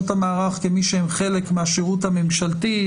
המערך כמי שהם חלק מהשירות הממשלתי,